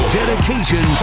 Dedication